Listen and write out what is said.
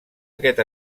aquest